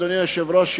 אדוני היושב-ראש,